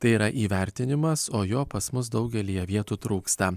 tai yra įvertinimas o jo pas mus daugelyje vietų trūksta